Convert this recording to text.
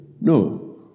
No